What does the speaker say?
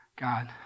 god